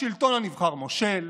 השלטון הנבחר מושל,